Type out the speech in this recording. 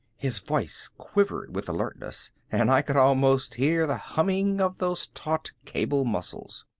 his voice quivered with alertness and i could almost hear the humming of those taut cable muscles.